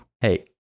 hey